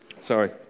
Sorry